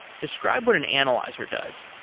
describe what an analyzer does